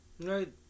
right